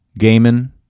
Gaiman